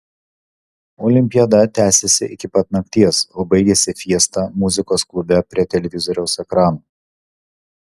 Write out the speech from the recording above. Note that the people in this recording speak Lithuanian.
olimpiada tęsėsi iki pat nakties o baigėsi fiesta muzikos klube prie televizoriaus ekrano